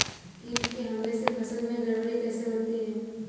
कीट के हमले से फसल में गड़बड़ी कैसे होती है?